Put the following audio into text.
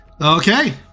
Okay